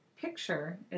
picture